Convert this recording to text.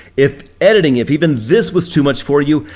if editing, if even this was too much for you,